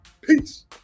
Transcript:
Peace